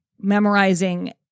memorizing